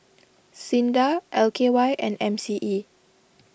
Sinda L K Y and M C E